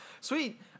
Sweet